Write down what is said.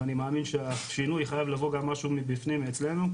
ואני מאמין שהשינוי חייב לבוא גם משהו מבפנים מאצלנו,